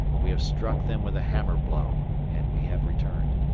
we have struck them with a hammer blow and we have returned.